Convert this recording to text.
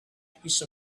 piece